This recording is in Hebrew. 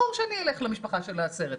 ברור שאני אלך למשפחה של ה-10 אלף,